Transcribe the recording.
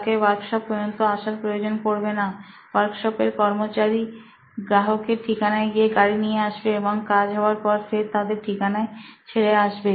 তাকে ওয়ার্কশপ পর্যন্ত আসার প্রয়োজন পড়বে না ওয়ার্কশপ এর কর্মচারী গ্রাহকের ঠিকানায় গিয়ে গাড়ি নিয়ে আসবে এবং কাজ হওয়ার পর ফের তাদের ঠিকানায় ছেড়ে আসবে